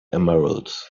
emeralds